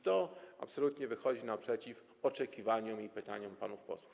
To absolutnie wychodzi naprzeciw oczekiwaniom i pytaniom panów posłów.